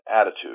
attitude